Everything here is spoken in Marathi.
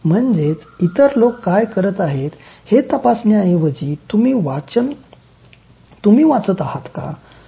म्हणजेच इतर लोक काय करत आहेत हे तपासण्याऐवजी तुम्ही वाचत आहात का